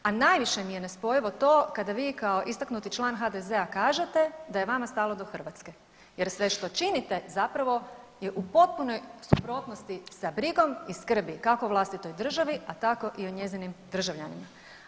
A najviše mi je nespojivo to kada vi kao istaknuti član HDZ-a kažete da je vama stalo do Hrvatske jer sve što činite zapravo je u potpunoj suprotnosti sa brigom i skrbi kako vlastitoj državi, a tako i o njezinim državljanima.